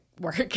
work